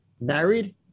married